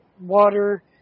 water